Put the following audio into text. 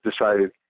decided